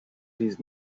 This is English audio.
his